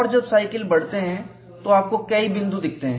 और जब साइकल बढ़ते हैं तो आपको कई बिंदु दिखते हैं